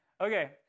Okay